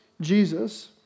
Jesus